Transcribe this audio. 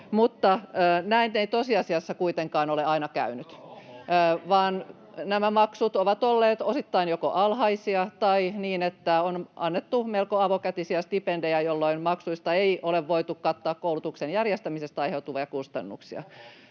mutta näin ei tosiasiassa kuitenkaan ole aina käynyt, [Oikealta: Ohhoh!] vaan nämä maksut ovat olleet osittain joko alhaisia tai niin, että on annettu melko avokätisiä stipendejä, jolloin maksuista ei ole voitu kattaa koulutuksen järjestämisestä aiheutuvia kustannuksia.